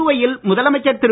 புதுவையில் முதலமைச்சர் திரு